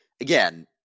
again